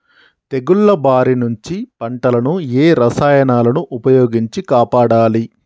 తెగుళ్ల బారి నుంచి పంటలను ఏ రసాయనాలను ఉపయోగించి కాపాడాలి?